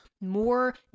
More